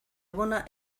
abona